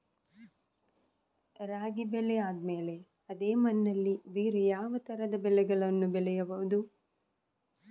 ರಾಗಿ ಬೆಳೆ ಆದ್ಮೇಲೆ ಅದೇ ಮಣ್ಣಲ್ಲಿ ಬೇರೆ ಯಾವ ತರದ ಬೆಳೆಗಳನ್ನು ಬೆಳೆಯಬಹುದು?